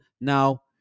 Now